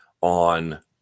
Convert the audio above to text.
on